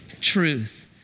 truth